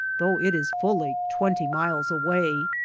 though it is fully twenty miles away.